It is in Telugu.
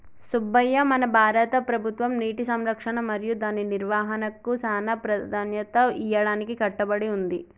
సుబ్బయ్య మన భారత ప్రభుత్వం నీటి సంరక్షణ మరియు దాని నిర్వాహనకు సానా ప్రదాన్యత ఇయ్యడానికి కట్టబడి ఉంది